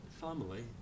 family